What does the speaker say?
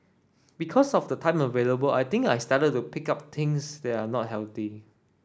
because of the time available I think I started to pick up things that are not healthy